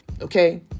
okay